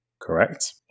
Correct